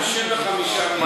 65 מיליארד.